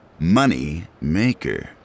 Moneymaker